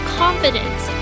confidence